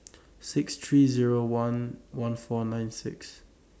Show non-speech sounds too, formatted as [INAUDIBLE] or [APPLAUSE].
[NOISE] six three Zero one one four nine six